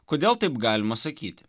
kodėl taip galima sakyti